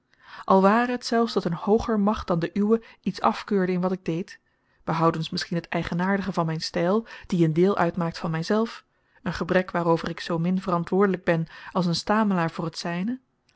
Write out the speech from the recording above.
al ware het zelfs dat een hooger macht dan de uwe iets afkeurde in wat ik deed behoudens misschien het eigenaardige van myn styl die een deel uitmaakt van myzelf een gebrek waarover ik zoomin verantwoordelyk ben als een stamelaar voor het zyne al